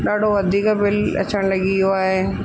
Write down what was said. ॾाढो वधीक बिल अचणु लॻी वियो आहे